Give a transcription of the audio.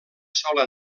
sola